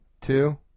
Two